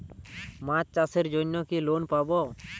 মাছ চাষের জন্য কি লোন পাব?